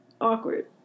Awkward